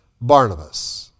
Barnabas